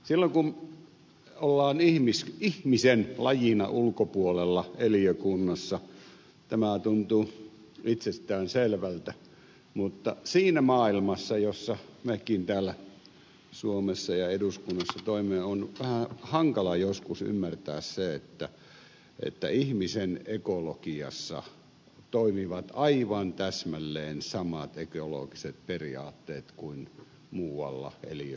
silloin kun ollaan ihmislajin ulkopuolella eliökunnassa tämä tuntuu itsestään selvältä mutta siinä maailmassa jossa mekin täällä suomessa ja eduskunnassa toimimme on vähän hankala joskus ymmärtää se että ihmisen ekologiassa toimivat aivan täsmälleen samat ekologiset periaatteet kuin muualla eliökunnassa